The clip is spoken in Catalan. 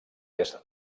est